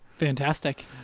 Fantastic